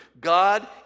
God